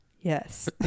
Yes